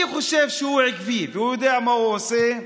אני חושב שהוא עקבי והוא יודע מה הוא עושה,